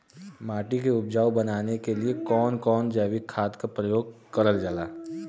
माटी के उपजाऊ बनाने के लिए कौन कौन जैविक खाद का प्रयोग करल जाला?